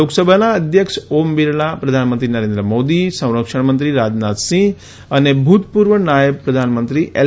લોકસભાના અધ્યક્ષ ઓમ બિરલા પ્રધાનમંત્રી નરેન્દ્ર મોદી સંરક્ષણ મંત્રી રાજનાથસિંહ અને ભૂતપૂર્વ નાયબ પ્રધાનમંત્રી એલ